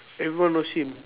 everyone knows him